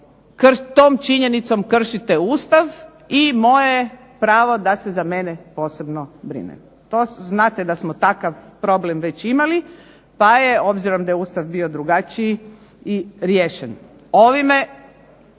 Tom činjenicom kršite Ustav i moje je pravo da se za mene posebno brine. To znate da smo takav problem već imali pa je, obzirom da je Ustav bio drugačiji i riješen. Ovime